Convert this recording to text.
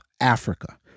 Africa